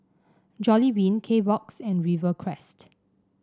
Jollibean Kbox and Rivercrest